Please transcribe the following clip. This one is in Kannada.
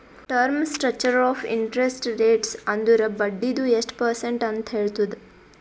term structure of interest rates ಅಂದುರ್ ಬಡ್ಡಿದು ಎಸ್ಟ್ ಪರ್ಸೆಂಟ್ ಅಂತ್ ಹೇಳ್ತುದ್